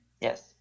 Yes